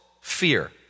fear